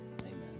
Amen